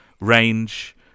range